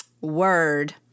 Word